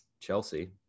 Chelsea